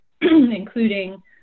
including